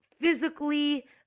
physically